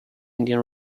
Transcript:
indian